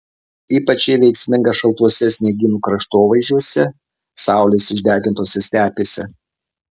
ypač ji veiksminga šaltuose sniegynų kraštovaizdžiuose saulės išdegintose stepėse